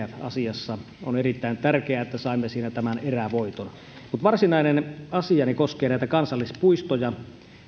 asiassa on erittäin tärkeää että saimme siinä erävoiton mutta varsinainen asiani koskee kansallispuistoja